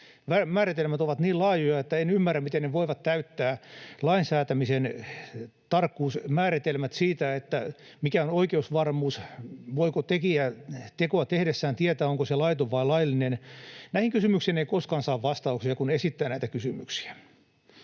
Määritelmät ovat niin laajoja, että en ymmärrä, miten ne voivat täyttää lainsäätämisen tarkkuusmääritelmät siitä, mikä on oikeusvarmuus, eli voiko tekijä tekoa tehdessään tietää, onko se laiton vai laillinen. Näihin kysymyksiin ei koskaan saa vastauksia, kun esittää näitä kysymyksiä.